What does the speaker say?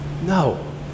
No